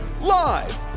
Live